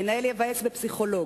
המנהל ייוועץ בפסיכולוג,